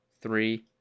three